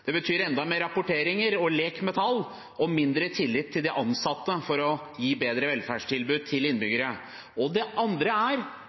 som betyr enda mer rapportering og lek med tall og mindre tillit til de ansatte for å gi bedre velferdstilbud til